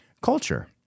culture